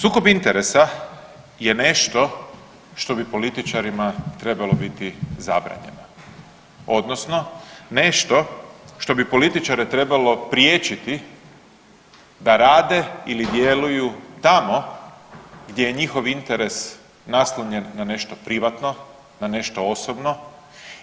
Sukob interesa je nešto što bi političarima trebalo biti zabranjeno odnosno nešto što bi političare trebalo priječiti da rade ili djeluju tamo gdje je njihov interes naslonjen na nešto privatno, na nešto osobno